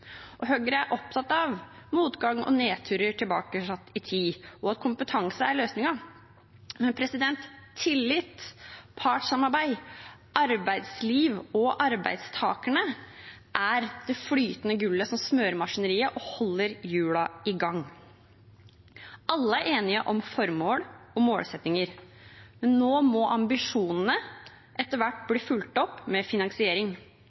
nedturer tilbake i tid, og at kompetanse er løsningen. Men tillit, partssamarbeid, arbeidsliv og arbeidstakerne er det flytende gullet som smører maskineriet og holder hjulene i gang. Alle er enige om formål og målsettinger, men nå må ambisjonene etter hvert bli fulgt opp med finansiering.